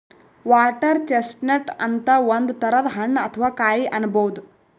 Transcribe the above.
water chestnut ಅಂತ್ ಒಂದ್ ತರದ್ ಹಣ್ಣ್ ಅಥವಾ ಕಾಯಿ ಅನ್ಬಹುದ್